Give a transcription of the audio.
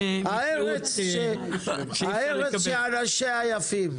כשבנק פותח סניף בישוב שאין לו בו מספיק לקוחות,